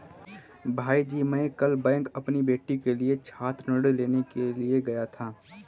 भाईजी मैं कल बैंक अपनी बेटी के लिए छात्र ऋण लेने के लिए गया था